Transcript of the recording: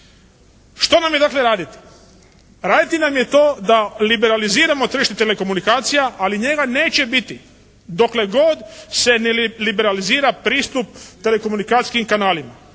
Što nam je dakle raditi? Raditi nam je to da liberaliziramo tržište telekomunikacija, ali njega neće biti dokle god se ne liberalizira pristup telekomunikacijskim kanalima.